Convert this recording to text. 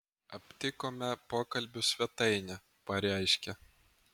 aptikome pokalbių svetainę pareiškė